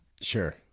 Sure